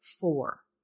four